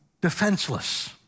defenseless